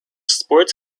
sports